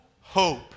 hope